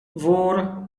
wór